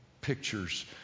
pictures